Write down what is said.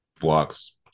blocks